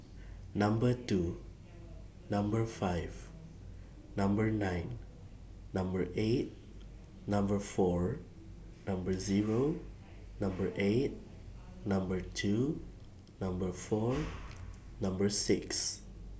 Number two Number five Number nine Number eight Number four Number Zero Number eight Number two Number four Number six